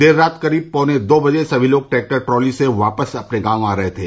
देर रात करीब पौने दो बजे सभी लोग ट्रैक्टर ट्राली से वापस अपने गांव लौट रहे थे